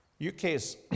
UK's